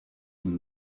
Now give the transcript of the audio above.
ihn